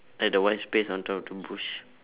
at the white space on top of the bush